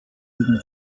wegen